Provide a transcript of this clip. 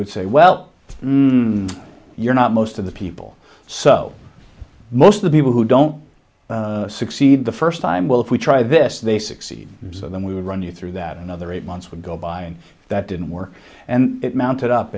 would say well you're not most of the people so most the people who don't succeed the first time well if we try this they succeed then we run you through that another eight months would go by and that didn't work and it mounted up